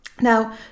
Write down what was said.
now